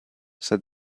said